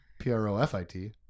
P-R-O-F-I-T